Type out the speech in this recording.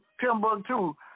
Timbuktu